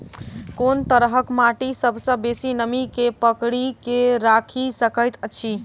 कोन तरहक माटि सबसँ बेसी नमी केँ पकड़ि केँ राखि सकैत अछि?